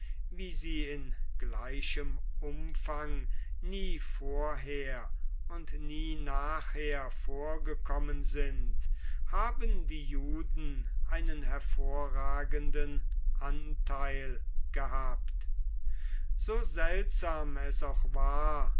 wie sie in gleichem umfang nie vorher und nie nachher vorgekommen sind haben die juden einen hervorragenden anteil gehabt so seltsam es auch war